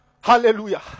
hallelujah